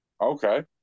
Okay